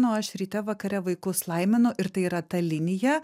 nu aš ryte vakare vaikus laiminu ir tai yra ta linija